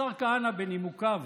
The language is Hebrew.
השר כהנא, בנימוקיו